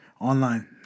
online